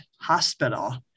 hospital